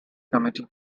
committee